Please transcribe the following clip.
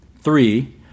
Three